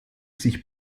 sich